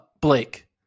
Blake